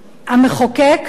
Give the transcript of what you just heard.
המחוקק,